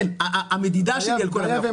כן, המדידה שלי על כל ה-100%.